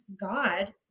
God